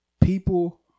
People